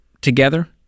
together